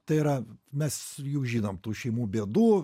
tai yra mes juk žinom tų šeimų bėdų